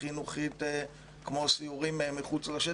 חינוכית, כמו סיורים מחוץ לשטח.